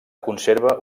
conserva